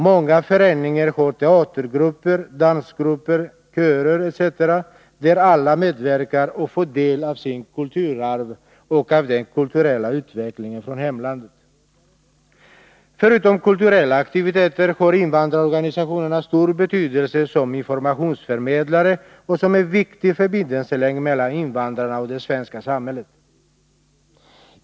Många föreningar har teatergrupper, dansgrupper, körer etc. där alla medverkar och får del av sitt kulturarv och av den kulturella utvecklingen i hemlandet. Förutom kulturella aktiviteter har invandrarorganisationerna stor betydelse som informationsförmedlare och som en viktig förbindelselänk mellan invandrarna och det svenska samhället.